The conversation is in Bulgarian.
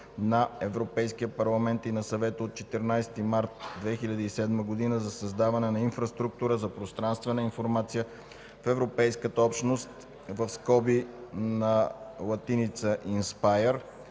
на Европейския парламент и на Съвета от 14 март 2007 г. за създаване на инфраструктура за пространствена информация в Европейската общност (INSPIRE)